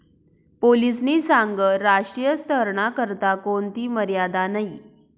पोलीसनी सांगं राष्ट्रीय स्तरना करता कोणथी मर्यादा नयी